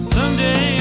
Someday